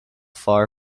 far